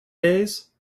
days